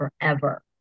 forever